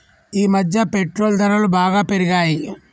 ఈమధ్య పెట్రోల్ ధరలు బాగా పెరిగాయి